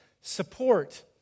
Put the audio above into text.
support